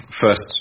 first